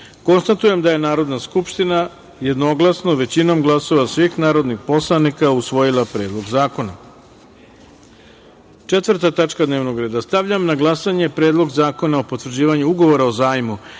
181.Konstatujem da je Narodna skupština jednoglasno, većinom glasova svih narodnih poslanika usvojila Predlog zakona. Četvrta tačka dnevnog reda. Stavljam na glasanje Predlog zakona o potvrđivanju Ugovora o zajmu